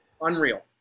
Unreal